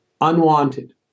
unwanted